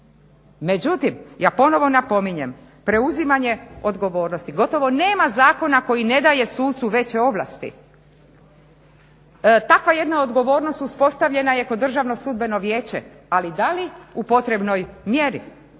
Međutim, ja ponovo napominjem preuzimanje odgovornosti gotovo nema zakona koji ne daje sucu veće ovlasti. Takva jedna odgovornost uspostavljena je kod Državno sudbeno vijeće, ali da li u potrebnoj mjeri?